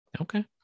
Okay